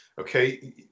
Okay